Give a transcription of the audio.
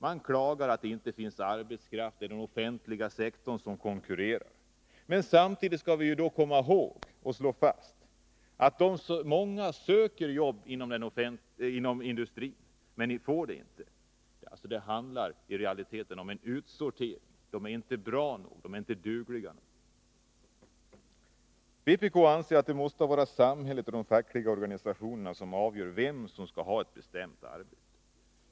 Man klagar över att det inte finns arbetskraft inom den offentliga sektorn som konkurrerar. Vi skall emellertid komma ihåg och slå fast att många söker jobb inom industrin utan att få något. Det handlar i realiteten om en utsortering — de är inte bra nog, inte tillräckligt dugliga. Vpk anser att det måste vara samhället och de fackliga organisationerna som avgör vem som skall ha ett bestämt arbete.